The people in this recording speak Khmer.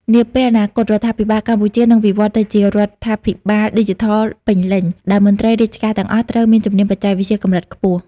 នាពេលអនាគត រដ្ឋាភិបាលកម្ពុជានឹងវិវត្តទៅជារដ្ឋាភិបាលឌីជីថលពេញលេញ ដែលមន្ត្រីរាជការទាំងអស់ត្រូវមានជំនាញបច្ចេកវិទ្យាកម្រិតខ្ពស់។